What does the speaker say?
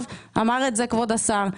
אמר את זה כבוד השר.